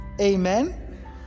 Amen